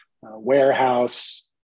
warehouse